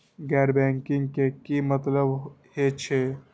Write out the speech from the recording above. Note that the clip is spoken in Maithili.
गैर बैंकिंग के की मतलब हे छे?